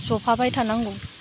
जफाबाय थानांगौ